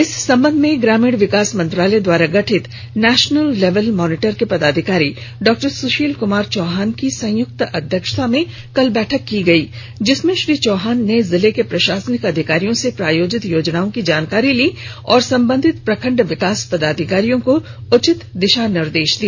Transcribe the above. इस संबंध में ग्रामीण विकास मंत्रालय द्वारा गठित नेशनल लेवल मॉनिटर के पदाधिकारी डॉ सुशील सिंह चौहान की संयुक्त अध्यक्षता में कल बैठक की गयी जिसमें श्री चौहान ने जिले के प्रशासनिक अधिकारियों से प्रायोजित योजनाओं की जानकारी ली तथा संबंधित प्रखंड विकास पदाधिकारियों को उचित दिशा निर्देश दिया